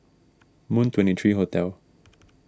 Moon twenty three Hotel